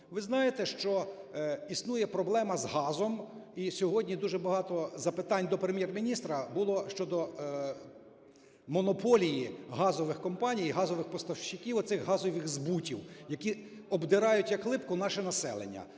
Ви знаєте, що існує проблема з газом. І сьогодні дуже багато запитань до Прем'єр-міністра було щодо монополії газових компаній і газових поставщиків оцих газових збутів, які обдирають, як липку, наше населення